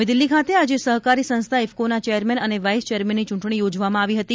નવી દિલ્હી ખાતે આજે સહકારી સંસ્થા ઇફકોના ચેરમેન અને વાઇસ ચેરમેનની ચૂંટણી યોજવામાં આવી હતી